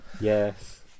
Yes